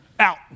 Out